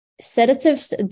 Sedatives